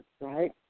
right